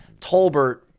Tolbert